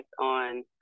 on